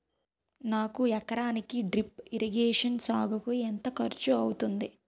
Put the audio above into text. ఒక ఎకరానికి drip irrigation సాగుకు ఎంత ఖర్చు అవుతుంది?